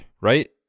right